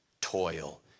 toil